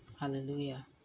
Hallelujah